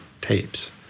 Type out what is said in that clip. tapes